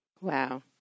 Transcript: Wow